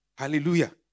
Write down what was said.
Hallelujah